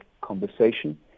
conversation